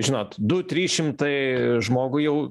žinot du trys šimtai žmogui jau